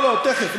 לא, לא, תכף.